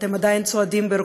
הם עדיין עומדים בגבורה.